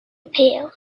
appeals